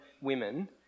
women